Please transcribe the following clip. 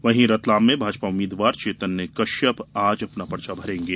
वहीं रतलाम में भाजपा उम्मीदवार चेतन्य काश्यप आज अपना पर्चा भरेंगे